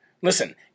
listen